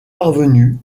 parvenue